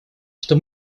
что